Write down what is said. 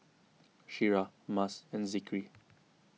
Syirah Mas and Zikri